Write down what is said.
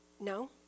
no